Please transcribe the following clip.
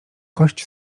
kość